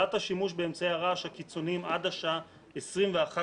הגבלת השימוש באמצעי הרעש הקיצוניים עד השעה 21:30